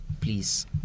please